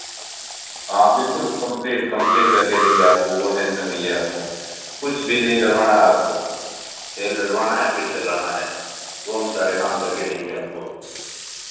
हाँ बिल्कुल complete complete करके देंगे आपको वह टेंशन नहीं है आपको कुछ भी नहीं करवाना आपको तेल डलवाना है फिैर चलाना है वो हम सारे काम करके देंगे आपको